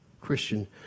Christian